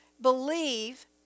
believe